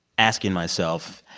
asking myself,